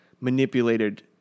manipulated